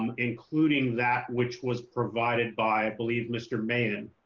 um including that which was provided by believe mr man.